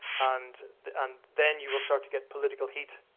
and um then you will start to get political heat,